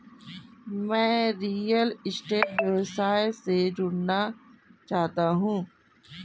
मैं real estate व्यवसाय से जुड़ना चाहता हूँ